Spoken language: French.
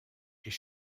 est